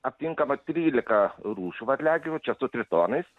aptinkama trylika rūšių varliagyvių čia su tritonais